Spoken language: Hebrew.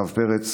הרב פרץ,